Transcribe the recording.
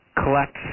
collect